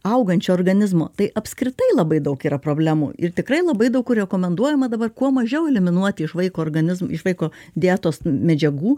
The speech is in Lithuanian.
augančio organizmo tai apskritai labai daug yra problemų ir tikrai labai daug kur rekomenduojama dabar kuo mažiau eliminuoti iš vaiko organizm iš vaiko dietos medžiagų